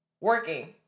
working